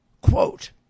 Quote